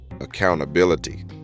accountability